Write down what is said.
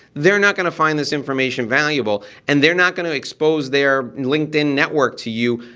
they're not gonna find this information valuable and they're not gonna expose their linkedin network to you,